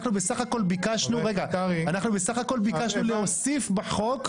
אנחנו בסך הכול ביקשנו להוסיף בחוק,